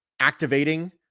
activating